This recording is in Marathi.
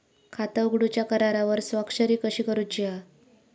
खाता उघडूच्या करारावर स्वाक्षरी कशी करूची हा?